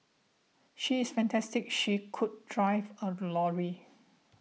she is fantastic she could drive a lorry